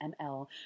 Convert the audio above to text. ML